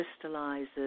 crystallizes